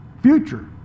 Future